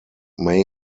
may